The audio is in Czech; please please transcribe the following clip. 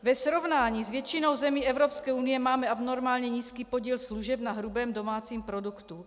Ve srovnání s většinou zemí Evropské unie máme abnormálně nízký podíl služeb na hrubém domácím produktu.